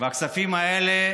והכספים האלה